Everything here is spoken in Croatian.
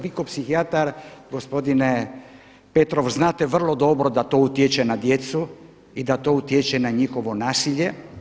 Vi kao psihijatar, gospodine Petrov, znate vrlo dobro da to utječe na djecu i da to utječe na njihovo nasilje.